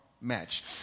match